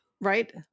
Right